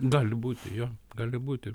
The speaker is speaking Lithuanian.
gali būti jo gali būti